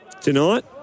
tonight